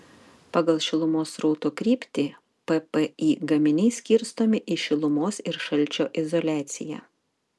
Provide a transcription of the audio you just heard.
pagal šilumos srauto kryptį ppi gaminiai skirstomi į šilumos ir šalčio izoliaciją